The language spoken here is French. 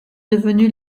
devenu